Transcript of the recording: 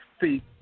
See